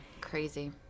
crazy